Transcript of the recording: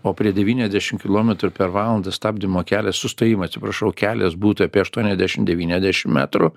o prie devyniasdešim kilometrų per valandą stabdymo kelias sustojimo atsiprašau kelias būtų apie aštuoniasdešim devyniasdešim metrų